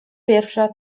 pierwsza